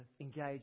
engage